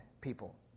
people